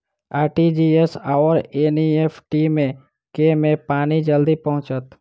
RTGS आओर NEFT मे केँ मे पानि जल्दी पहुँचत